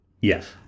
Yes